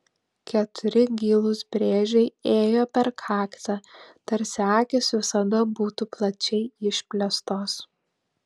keturi gilūs brėžiai ėjo per kaktą tarsi akys visada būtų plačiai išplėstos